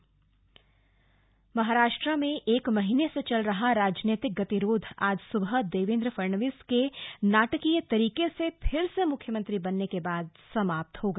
महाराष्ट्र सरकार महाराष्ट्र में एक महीने से चल रहा राजनीतिक गतिरोध आज सुबह देवेन्द्र फडणवीस के नाटकीय तरीके से फिर से मुख्यमंत्री बनने के बाद समाप्त हो गया